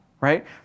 right